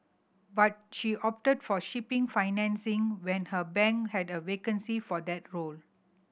but she opted for shipping financing when her bank had a vacancy for that role